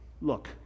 look